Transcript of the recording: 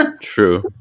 True